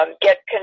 get